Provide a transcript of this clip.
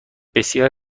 بسیار